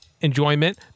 enjoyment